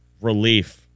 relief